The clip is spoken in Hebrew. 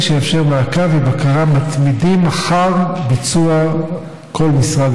שיאפשר מעקב ובקרה מתמידים אחר הביצוע בכל משרד